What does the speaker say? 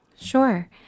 Sure